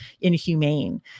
inhumane